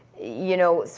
you know,